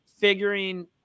figuring